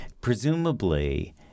presumably